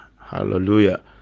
hallelujah